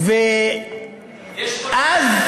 ואז,